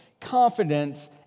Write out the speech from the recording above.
confidence